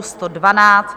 112.